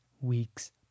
week's